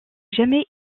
jamais